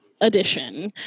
edition